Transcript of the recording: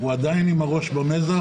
הוא עדיין עם הראש במזח,